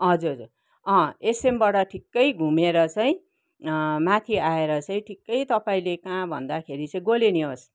हजुर हजुर अँ एसएमबाट ठिकै घुमेर चाहिँ माथि आएर चाहिँ ठिकै तपाईँले कहाँ भन्दाखेरि चाहिँ गोले निवास